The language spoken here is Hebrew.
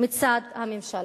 מצד הממשלה.